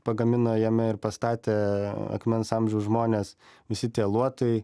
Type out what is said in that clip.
pagamino jame ir pastatė akmens amžiaus žmonės visi tie luotai